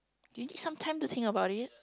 do you need some time to think about it